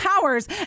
powers